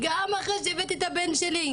גם אחרי שהבאתי את הבן שלי,